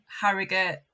Harrogate